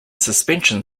suspension